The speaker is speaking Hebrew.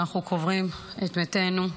שאנחנו קוברים את מתינו,